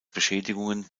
beschädigungen